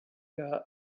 que